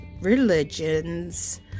religions